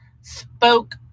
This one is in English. spoke